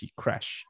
crash